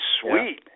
sweet